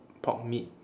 pork meat